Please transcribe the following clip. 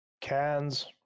cans